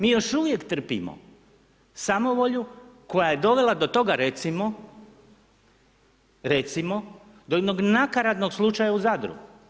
Mi još uvijek trpimo samovolju koja je dovela do toga, recimo, recimo, do jednog nakaradnog slučaja u Zadru.